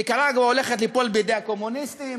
ניקרגואה הולכת ליפול בידי הקומוניסטים,